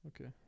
Okay